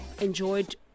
enjoyed